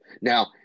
Now